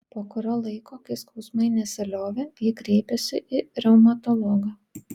po kurio laiko kai skausmai nesiliovė ji kreipėsi į reumatologą